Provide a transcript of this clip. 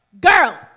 Girl